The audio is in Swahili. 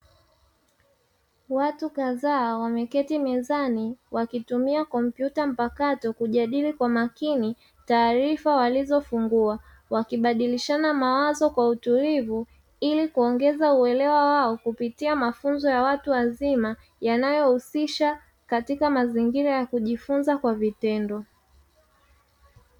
Watu kadhaa wameketi mezani wakitumia kompyuta mpakato kujadili kwa makini taarifa walizofungua, wakibadilisha mawazo kwa utulivu ili kuongeza uelewa wao kupitia mafunzo ya watu wazima yanayohusisha katika mazingira ya kujifunza kwa vitendo.